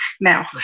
now